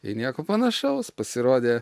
tai nieko panašaus pasirodė